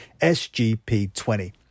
SGP20